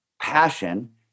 passion